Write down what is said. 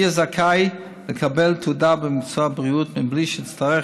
יהיה זכאי לקבל תעודה במקצוע בריאות בלי שיצטרך